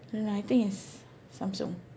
no no I think it's Samsung